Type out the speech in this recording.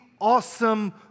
awesome